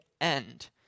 end